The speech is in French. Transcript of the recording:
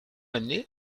année